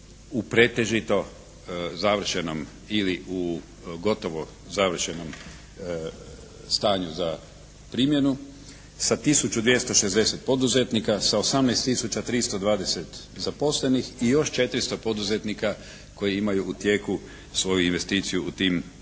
u pretežito završenom ili u gotovo završenom stanju za primjenu sa 1260 poduzetnika. Sa 18 tisuća 320 zaposlenih i još 400 poduzetnika koji imaju u tijeku svoju investiciju u tim